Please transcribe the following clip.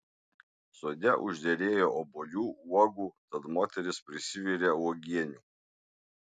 sode užderėjo obuolių uogų tad moteris prisivirė uogienių